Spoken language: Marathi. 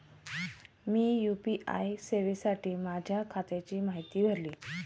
मी यू.पी.आय सेवेसाठी माझ्या खात्याची माहिती भरली